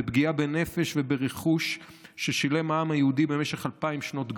בפגיעה בנפש וברכוש ששילם העם היהודי במשך אלפיים שנות גלות.